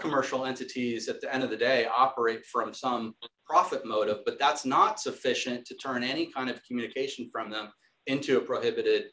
commercial entities at the end of the day operate from some profit motive but that's not sufficient to turn any kind of communication from them into a pro